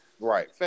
right